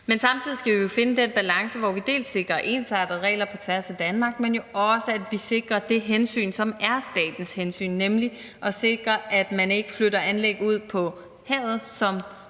Men samtidig skal vi jo finde den balance, hvor vi dels sikrer ensartede regler på tværs af Danmark, dels sikrer det hensyn, som er statens hensyn, nemlig at sikre, at man ikke flytter anlæg ud på havet, som